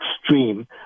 extreme